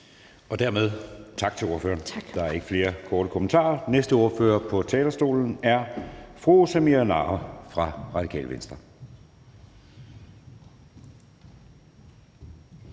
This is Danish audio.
Dermed tak til ordføreren – der er ikke flere korte bemærkninger. Næste ordfører på talerstolen er fru Samira Nawa fra Radikale Venstre.